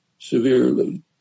severely